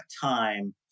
time